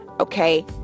okay